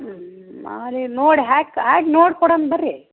ಮಾರಿಗೆ ನೋಡಿ ಹಾಕಿ ಹಾಕಿ ನೋಡ್ಕೊಡೋಣ ಬನ್ರಿ